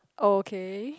okay